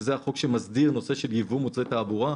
שהוא החוק שמסדיר ייבוא מוצרי תעבורה.